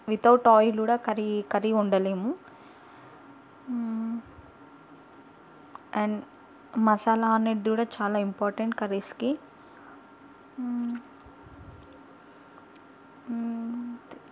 without oil కూడా curry curry వండలేము and masala అనేది కూడా చాలా ఇంపార్టెంట్ కర్రీస్కి